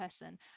person